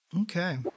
Okay